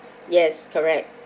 yes correct